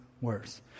worse